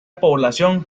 población